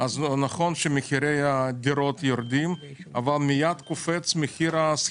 מחירי הדירות אמנם יורדים אבל מחירי השכירות קופצים.